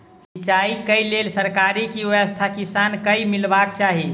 सिंचाई केँ लेल सरकारी की व्यवस्था किसान केँ मीलबाक चाहि?